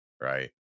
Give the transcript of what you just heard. right